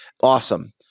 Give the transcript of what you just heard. Awesome